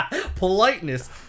Politeness